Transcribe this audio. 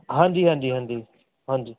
ਹਾਂਜੀ ਹਾਂਜੀ ਹਾਂਜੀ ਹਾਂਜੀ